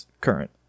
current